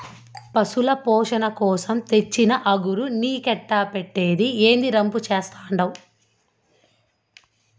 పశుల పోసణ కోసరం తెచ్చిన అగరు నీకెట్టా పెట్టేది, ఏందీ రంపు చేత్తండావు